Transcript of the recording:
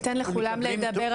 ניתן לכולם לדבר,